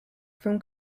from